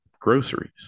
groceries